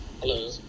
Hello